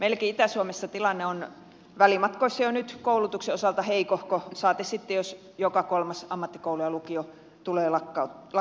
meilläkin itä suomessa tilanne on välimatkoissa jo nyt koulutuksen osalta heikohko saati sitten jos joka kolmas ammattikoulu ja lukio tulee lakkautettavaksi